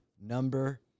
number